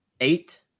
eight